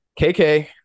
KK